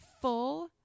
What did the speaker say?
full